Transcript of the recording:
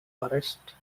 forest